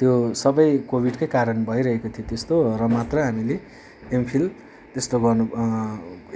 त्यो सबै कोभिडकै कारण भइरहेको थियो त्यस्तो र मात्रै हामीले एमफिल त्यस्तो गर्नु